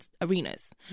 arenas